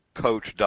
Coach